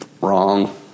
Wrong